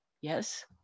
Yes